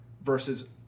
Versus